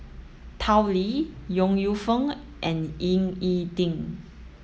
Tao Li Yong Lew Foong and Ying E Ding